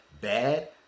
Bad